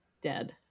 dead